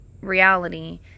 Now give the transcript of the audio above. reality